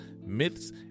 myths